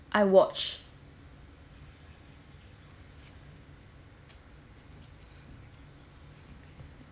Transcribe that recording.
iwatch